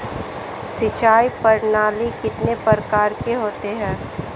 सिंचाई प्रणाली कितने प्रकार की होती है?